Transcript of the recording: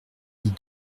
dit